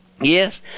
Yes